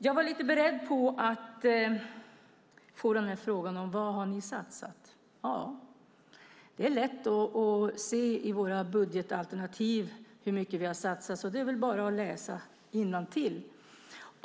Jag var beredd på att få frågan om vad vi har satsat. Det är lätt att se i våra budgetalternativ hur mycket vi har satsat. Det är bara att läsa innantill.